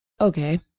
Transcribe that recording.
okay